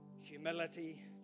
Humility